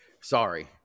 sorry